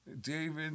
david